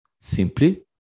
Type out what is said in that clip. simply